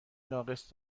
ناقص